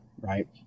right